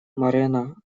морено